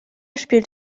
spielt